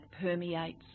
permeates